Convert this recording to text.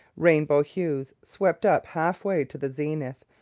rainbow hues swept up half-way to the zenith,